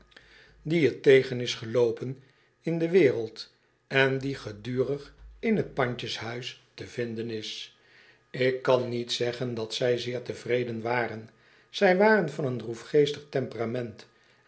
die t tegen is getoopen in de wereld en die gedurig in t pandjeshuis te vinden is ik kan niet zeggen dat zij zeer tevreden waren zij waren van een droefgeestig tem